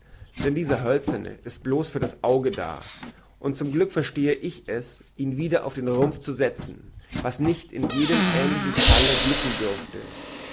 denn dieser hölzerne ist nur blos für das auge da und zum glücke verstehe ich es ihn wieder auf den rumpf zu sezen was nicht in jedem ähnlichen falle glücken dürfte